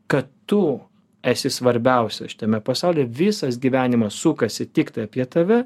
kad tu esi svarbiausias šitame pasauly visas gyvenimas sukasi tiktai apie tave